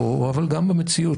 אבל גם במציאות,